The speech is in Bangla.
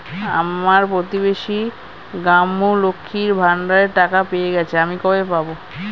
আমার প্রতিবেশী গাঙ্মু, লক্ষ্মীর ভান্ডারের টাকা পেয়ে গেছে, আমি কবে পাব?